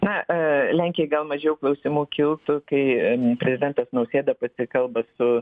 na lenkija gal mažiau klausimų kiltų kai prezidentas nausėda pasikalba su